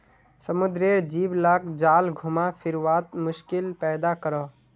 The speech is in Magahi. समुद्रेर जीव लाक जाल घुमा फिरवात मुश्किल पैदा करोह